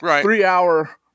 three-hour